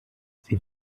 sie